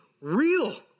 real